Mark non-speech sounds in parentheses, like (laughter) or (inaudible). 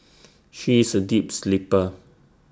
(noise) she is A deep sleeper